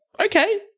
Okay